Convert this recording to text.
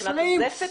מבחינת הזפת?